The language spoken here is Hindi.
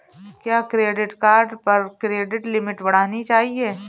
क्या क्रेडिट कार्ड पर क्रेडिट लिमिट बढ़ानी चाहिए?